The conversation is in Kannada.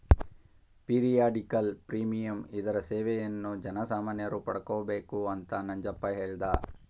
ಪೀರಿಯಡಿಕಲ್ ಪ್ರೀಮಿಯಂ ಇದರ ಸೇವೆಯನ್ನು ಜನಸಾಮಾನ್ಯರು ಪಡಕೊಬೇಕು ಅಂತ ಮಂಜಪ್ಪ ಹೇಳ್ದ